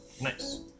nice